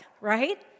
right